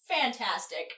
fantastic